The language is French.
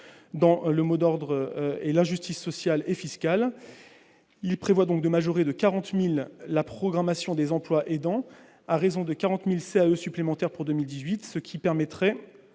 dont le mot d'ordre est l'injustice sociale et fiscale. Il prévoit ainsi de majorer de 40 000 la programmation des emplois aidants, à raison de 40 000 CAE supplémentaires pour 2018, ce qui permettrait